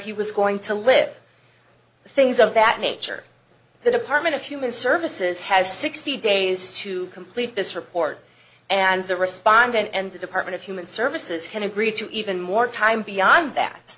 he was going to live things of that nature the department of human services has sixty days to complete this report and to respond and the department of human services had agreed to even more time beyond that